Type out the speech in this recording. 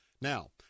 Now